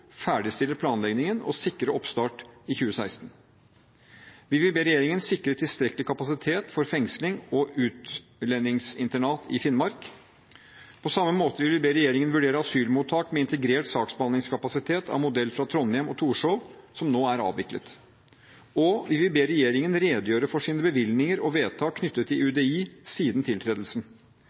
ferdigstille planleggingen og sikre oppstart i 2016. Vi vil be regjeringen sikre tilstrekkelig kapasitet for fengsling og utlendingsinternat i Finnmark. Vi vil be regjeringen vurdere asylmottak med integrert saksbehandlingskapasitet etter modell fra Trondheim og Torshov, som nå er avviklet. Vi vil be regjeringen redegjøre for sine bevilgninger og vedtak knyttet til UDI siden tiltredelsen.